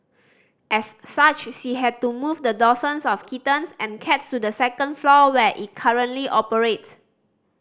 as such she had to move the dozens of kittens and cats to the second floor where it currently operates